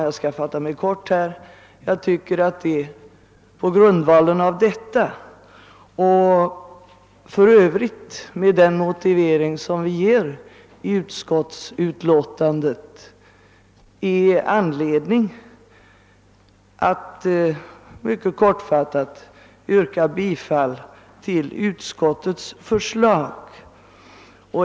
Jag skall fatta mig kort, herr talman, men på grundval av detta och för övrigt med tanke på motiveringen i utskottsutlåtandet tycker jag det finns anledning att yrka bifall till utskottets förslag.